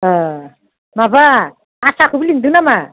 अ माबा आसाखौबो लिंदों नामा